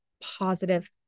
positive